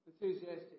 enthusiastic